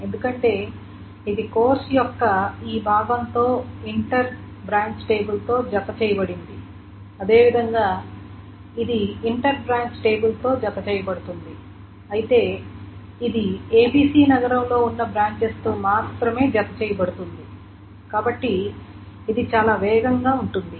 ఎందుకంటే ఇది కోర్సు యొక్క ఈ భాగం తో ఇంటర్ బ్రాంచ్ టేబుల్తో జతచేయబడింది అదే విధంగా ఇది ఇంటర్ బ్రాంచ్ టేబుల్తో జతచేయబడుతుంది అయితే ఇది ABC నగరంలో ఉన్న బ్రాంచెస్ తో మాత్రమే జతచేయబడుతుంది కాబట్టి ఇది చాలా వేగంగా ఉంటుంది